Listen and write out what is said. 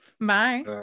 Bye